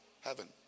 heaven